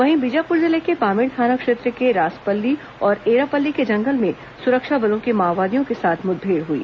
वहीं बीजापुर जिले के पामेड़ थाना क्षेत्र के रासपल्ली और ऐरापल्ली के जंगल में सुरक्षा बलों की माओवादियों के साथ मुठभेड़ हुई